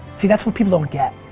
see, that's when people don't get.